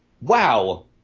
wow